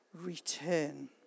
return